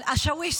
אבל השאוויש,